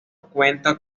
cuenta